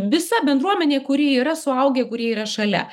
visa bendruomenė kuri yra suaugę kurie yra šalia